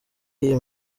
y’iyo